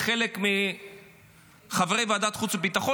חלק מחברי ועדת חוץ וביטחון,